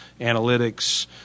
analytics